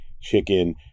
chicken